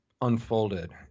unfolded